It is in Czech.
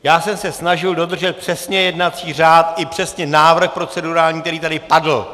Já jsem se snažil dodržet přesně jednací řád i přesně návrh procedurální, který tady padl.